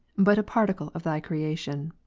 but a particle of thy creation.